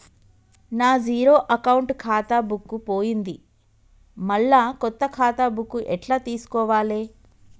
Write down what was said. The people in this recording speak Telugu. నా జీరో అకౌంట్ ఖాతా బుక్కు పోయింది మళ్ళా కొత్త ఖాతా బుక్కు ఎట్ల తీసుకోవాలే?